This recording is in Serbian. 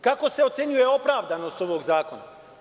Kako se ocenjuje opravdanost ovog zakona?